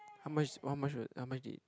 how much oh how much was how much is